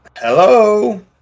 Hello